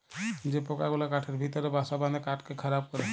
যে পকা গুলা কাঠের ভিতরে বাসা বাঁধে কাঠকে খারাপ ক্যরে